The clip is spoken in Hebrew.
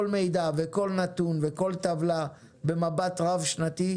מידע וכל נתון וכל טבלה במבט רב שנתי,